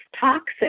toxic